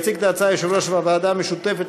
יציג את ההצעה יושב-ראש הוועדה המשותפת